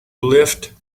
lift